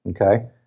okay